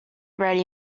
ready